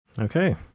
Okay